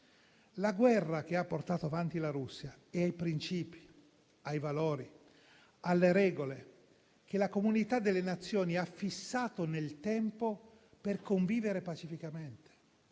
La guerra che ha portato avanti la Russia è ai principi, ai valori, alle regole che la comunità delle Nazioni ha fissato nel tempo per convivere pacificamente.